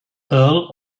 earl